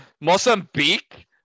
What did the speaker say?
Mozambique